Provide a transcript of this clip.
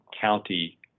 county